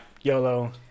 YOLO